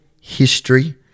history